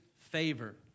favor